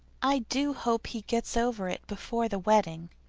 i do hope he gets over it before the wedding.